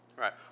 Right